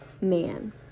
man